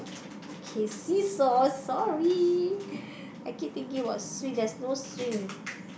okay seesaw sorry I keep thinking about swing there's no swing